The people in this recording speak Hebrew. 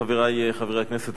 חברי חברי הכנסת,